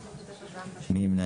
7. מי נמנע?